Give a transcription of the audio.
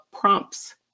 prompts